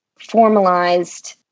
formalized